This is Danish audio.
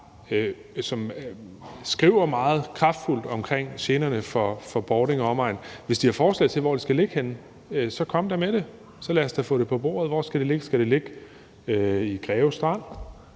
som skriver meget kraftfuldt omkring generne for Bording og omegn, har forslag eller idéer til, hvor det skal ligge henne, så kom dog med det, så lad os få det på bordet. Hvor skal det ligge? Skal det ligge i Greve Strand?